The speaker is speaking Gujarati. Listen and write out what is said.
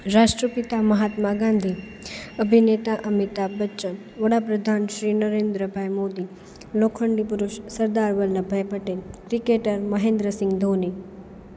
રાષ્ટ્રપિતા મહાત્મા ગાંધી અભિનેતા અમિતાભ બચ્ચન વડાપ્રધાન શ્રી નરેન્દ્રભાઈ મોદી લોખંડીપુરુષ સરદાર વલભભાઈ પટેલ ક્રિકેટર મહેન્દ્ર સિંહ ધોની